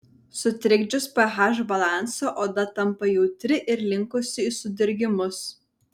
sutrikdžius ph balansą oda tampa jautri ir linkusi į sudirgimus